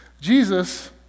Jesus